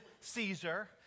Caesar